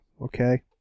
okay